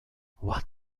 what